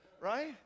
right